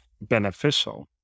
beneficial